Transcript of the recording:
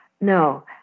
no